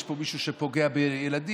יש פה מישהו שפוגע בילדים,